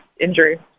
injury